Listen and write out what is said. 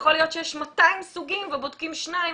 יכול להיות שיש 200 סוגים ובודקים 2,